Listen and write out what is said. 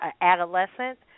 adolescent